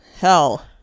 hell